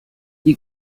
die